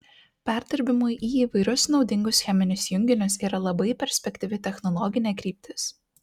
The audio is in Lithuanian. perdirbimui į įvairius naudingus cheminius junginius yra labai perspektyvi technologinė kryptis